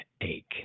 ache